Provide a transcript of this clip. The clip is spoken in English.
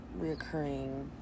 reoccurring